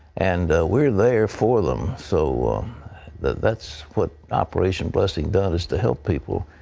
and we're there for them. so that's what operation blessing does, is to help people.